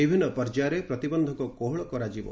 ବିଭିନ୍ନ ପର୍ଯ୍ୟାୟରେ ପ୍ରତିବନ୍ଧକ କୋହଳ କରାଯିବ